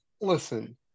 Listen